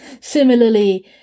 similarly